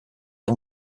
had